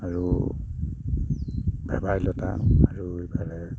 আৰু ভেদাইলতা আৰু ইফালে